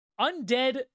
undead